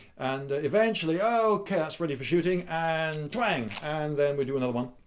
and eventually ah okay, that's ready for shooting and. twang! and then we do another one.